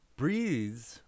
breathe